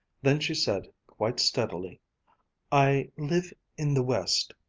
then she said quite steadily i live in the west.